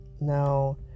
now